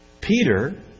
Peter